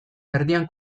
erdian